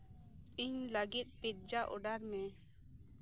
ᱤᱧ ᱞᱟᱹᱜᱤᱫ pizza order ᱢᱮ